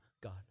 God